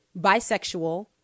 bisexual